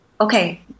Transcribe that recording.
okay